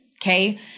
Okay